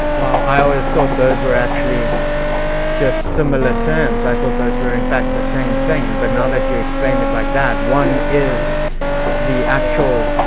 wow, i always thought those were actually just similar terms. i thought those are, in fact, the same thing, but now that you explained it like that, one is the actual